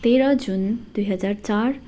तेह्र जुन दुई हजार चार